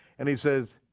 and he says,